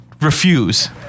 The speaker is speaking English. refuse